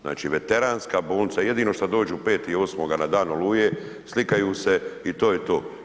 Znači veteranska bolnica, jedino što dođu 5.8. na dan Oluje, slikaju se i to je to.